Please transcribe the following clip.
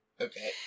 okay